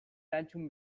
erantzun